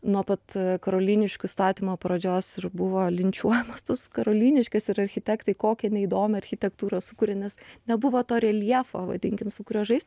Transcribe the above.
nuo pat karoliniškių statymo pradžios ir buvo linčiuojamos tos karoliniškės ir architektai kokią neįdomią architektūrą sukūrė nes nebuvo to reljefo vadinkim su kuriuo žais